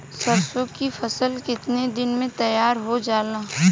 सरसों की फसल कितने दिन में तैयार हो जाला?